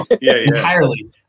entirely